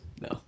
No